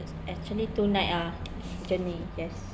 is actually two night ah the journey yes